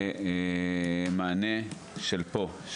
למענה של פה,